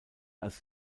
als